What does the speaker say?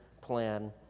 plan